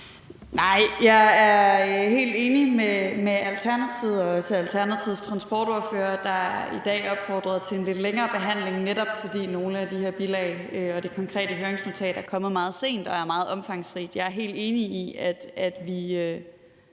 jeg er helt enig med Alternativet og også Alternativets transportordfører, der i dag opfordrede til en lidt længere behandling, netop fordi nogle af de her bilag og det konkrete høringsnotat er kommet meget sent og er meget omfangsrigt. Jeg er helt enig i, at vi